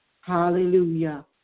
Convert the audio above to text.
Hallelujah